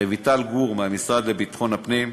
לרויטל גור מהמשרד לביטחון פנים,